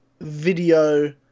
video